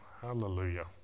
Hallelujah